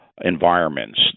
environments